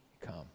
come